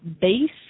base